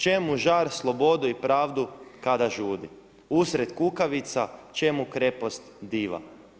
Čemu žar, slobodu i pravdu kada žudi usred kukavica čemu krepost diva?